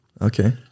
Okay